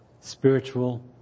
spiritual